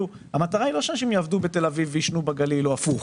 המטרה היא לא שאנשים יעבדו בתל אביב וישנו בגליל או להפך,